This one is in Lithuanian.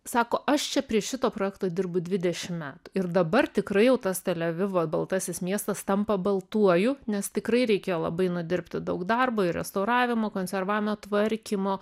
sako aš čia prie šito projekto dirbu dvidešim metų ir dabar tikrai jau tas tel avivo baltasis miestas tampa baltuoju nes tikrai reikėjo labai nudirbti daug darbo ir restauravimo konservavimo tvarkymo